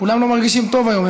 כולם לא מרגישים טוב היום,